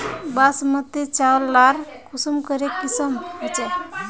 बासमती चावल लार कुंसम करे किसम होचए?